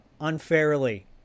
unfairly